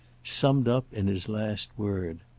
summed up in his last word.